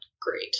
great